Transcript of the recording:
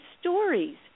stories